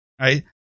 right